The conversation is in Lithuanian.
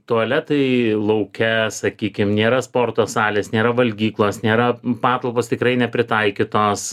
tualetai lauke sakykim nėra sporto salės nėra valgyklos nėra patalpos tikrai nepritaikytos